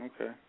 Okay